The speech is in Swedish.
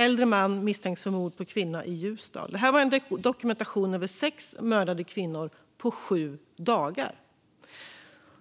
Äldre man misstänks för mord på kvinna i Ljusdal. Det här var en dokumentation över sex mördade kvinnor på sju dagar.